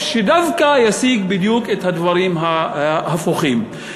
שישיג דווקא את הדברים ההפוכים בדיוק.